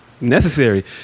Necessary